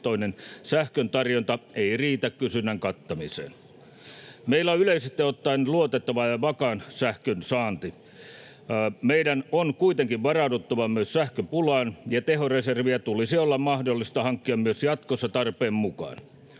sähkön tarjonta ei riitä kysynnän kattamiseen. Meillä on yleisesti ottaen luotettava ja vakaa sähkönsaanti. Meidän on kuitenkin varauduttava myös sähköpulaan, ja tehoreserviä tulisi olla mahdollista hankkia myös jatkossa tarpeen mukaan.